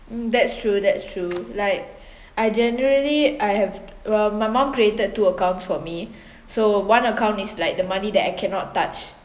um that's true that's true like I generally I have well my mum created two accounts for me so one account is like the money that I cannot touch